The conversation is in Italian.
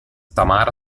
tamara